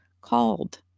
called